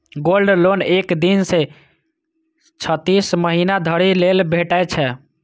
gold loan एक दिन सं छत्तीस महीना धरि लेल भेटै छै